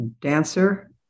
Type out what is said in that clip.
dancer